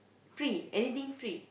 free anything free